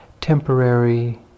temporary